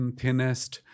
thinnest